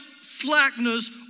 slackness